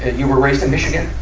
you were raised in michigan?